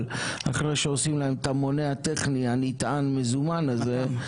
אחרי שעושים להם את המונה הטכני הנטען מזומן הזה,